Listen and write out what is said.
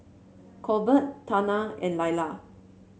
Colbert Tana and Laila